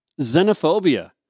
Xenophobia